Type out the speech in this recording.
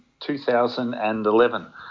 2011